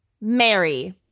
Mary